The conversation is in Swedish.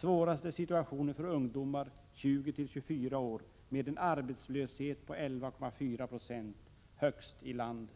Svårast är situationen för ungdomar mellan 20 och 24 år, med en arbetslöshet på 11,4 96 — högst i landet.